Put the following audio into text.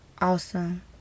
awesome